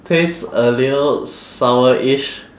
taste a little sourish